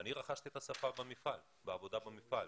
אני רכשתי את השפה בעבודה במפעל.